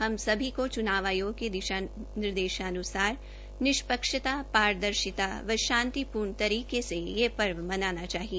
हम सभी को चुनाव आयोग के दिशा निर्देशानुसार निष्पक्षता पारदर्शिता व शांतिपूर्ण तरीके से यह पर्व मनाना है